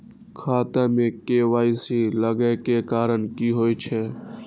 खाता मे के.वाई.सी लागै के कारण की होय छै?